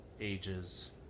ages